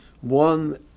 one